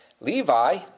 Levi